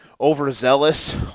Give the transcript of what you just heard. overzealous